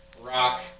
rock